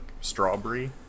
Strawberry